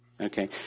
Okay